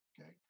okay